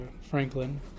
Franklin